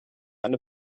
eine